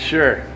Sure